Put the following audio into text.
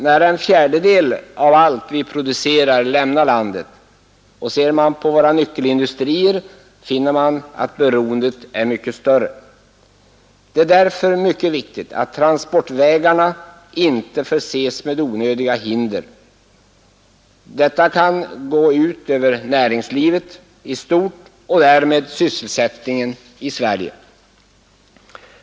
Nära en fjärdedel av allt vi producerar lämnar landet, och ser man på våra nyckelindustrier finner man att beroendet är mycket större. Det är därför mycket viktigt att transportvägarna inte förses med onödiga hinder. Detta kan då gå ut över näringslivet i stort och därmed sysselsättningen i Sverige.